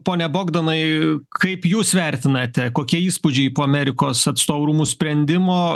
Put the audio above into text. pone bogdanai kaip jūs vertinate kokie įspūdžiai po amerikos atstovų rūmų sprendimo